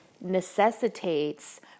necessitates